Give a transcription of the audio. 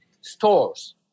stores